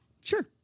Sure